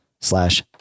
slash